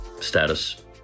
status